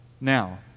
now